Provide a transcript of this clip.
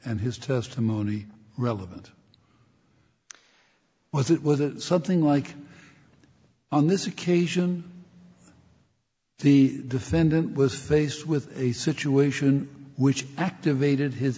and his testimony relevant was that with something like on this occasion the defendant was faced with a situation which activated his